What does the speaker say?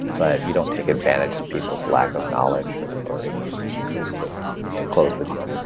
but you don't take advantage of people's lack of knowledge, or or ignorance of the system to close the deal.